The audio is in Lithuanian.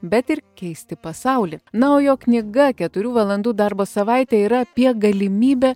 bet ir keisti pasaulį na o jo knyga keturių valandų darbo savaitė yra apie galimybę